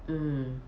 mm